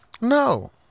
No